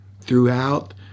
throughout